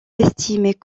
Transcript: estimée